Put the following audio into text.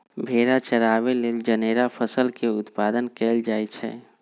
भेड़ा चराबे लेल जनेरा फसल के उत्पादन कएल जाए छै